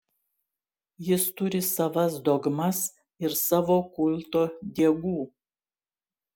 jis turi savas dogmas ir savo kulto diegų